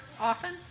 often